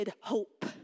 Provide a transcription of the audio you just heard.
hope